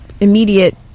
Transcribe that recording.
immediate